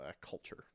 culture